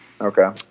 Okay